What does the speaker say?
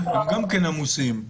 גם הם עמוסים,